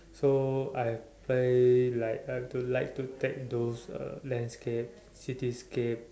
so I play like I've to like to take those uh landscape city scape